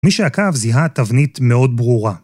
מי שעקב זיהה תבנית מאוד ברורה.